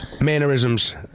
mannerisms